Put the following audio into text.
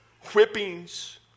whippings